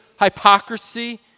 hypocrisy